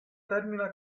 termina